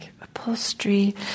upholstery